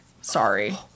Sorry